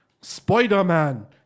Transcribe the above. Spider-Man